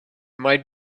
might